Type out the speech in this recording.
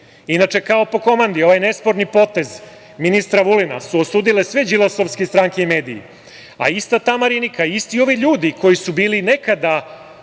SSP.Inače, kao po komandi, ovaj nesporni potez ministra Vulina su osudile sve đilasovske stranke i mediji, a ista ta Marinika, isti ovi ljudi koji su bili nekada